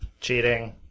Cheating